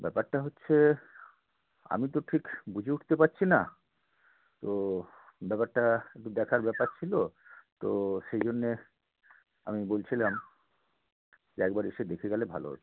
ব্যাপারটা হচ্ছে আমি তো ঠিক বুঝে উঠতে পারছি না তো ব্যাপারটা একটু দেখার ব্যাপার ছিল তো সেই জন্যে আমি বলছিলাম যে একবার এসে দেখে গেলে ভালো হতো